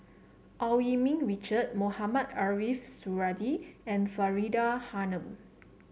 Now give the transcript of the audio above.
Eu Yee Ming Richard Mohamed Ariff Suradi and Faridah Hanum